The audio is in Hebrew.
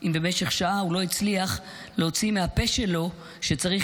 אם במשך שעה הוא לא הצליח להוציא מהפה שלו שצריך